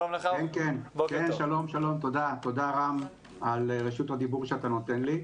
שלום ותודה רם על רשות הדיבור שאתה נותן לי.